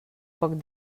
poc